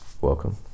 Welcome